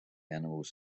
animals